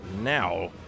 now